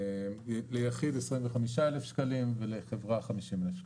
ליחיד 25,000 שקלים, לחברה 50,000 שקלים.